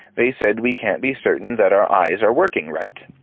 they said we can't be certain that our eyes are working right.